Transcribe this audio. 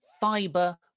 Fiber